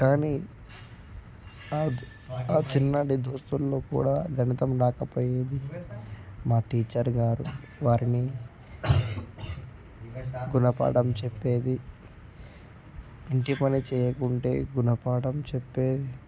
కానీ ఆ చిన్నటి దోస్తులలో కూడా గణితం రాకపోయేది మా టీచర్ గారు వారిని గుణపాఠం చెప్పేది ఇంటి పని చేయకుంటే గుణపాఠం చెప్పేది